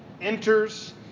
Enters